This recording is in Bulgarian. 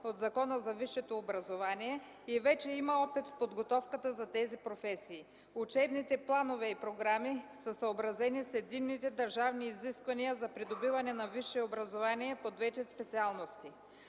от Закона за висшето образование и вече има опит в подготовката за тези професии. Учебните планове и програми са съобразени с единните държавни изисквания за придобиване на висше образование по двете специалности.